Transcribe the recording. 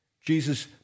Jesus